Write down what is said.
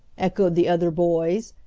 echoed the other boys,